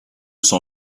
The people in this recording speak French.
son